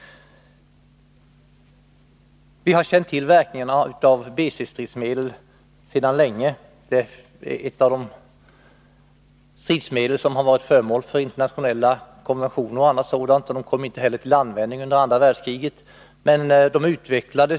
Vi har känt till verkningarna av BC-stridsmedlen sedan länge. De har varit föremål för internationella konventioner, och de kom inte heller till användning under andra världskriget. Men de har utvecklats.